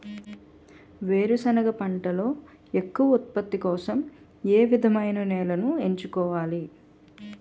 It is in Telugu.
వేరుసెనగ పంటలో ఎక్కువ ఉత్పత్తి కోసం ఏ విధమైన నేలను ఎంచుకోవాలి?